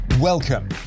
Welcome